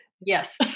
Yes